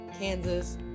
kansas